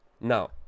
Now